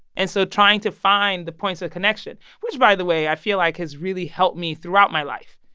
and so trying to find the points of connection which, by the way, i feel like has really helped me throughout my life,